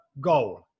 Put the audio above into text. goal